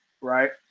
right